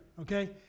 okay